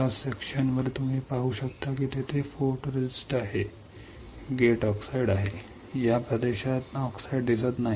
cross सेक्शनवर तुम्ही पाहू शकता की तेथे फोटोरेस्टिस्ट आहे गेट ऑक्साईड आहे या प्रदेशात ऑक्सिड दिसत नाही